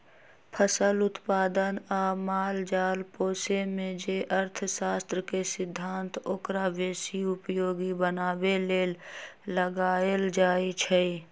फसल उत्पादन आ माल जाल पोशेमे जे अर्थशास्त्र के सिद्धांत ओकरा बेशी उपयोगी बनाबे लेल लगाएल जाइ छइ